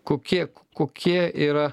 kokie kokie yra